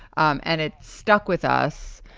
um and it stuck with us.